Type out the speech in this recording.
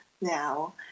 now